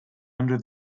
under